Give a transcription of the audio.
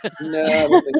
No